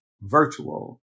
virtual